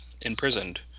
imprisoned